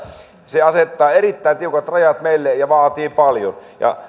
se asettaa erittäin tiukat rajat meille ja vaatii paljon